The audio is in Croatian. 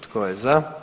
Tko je za?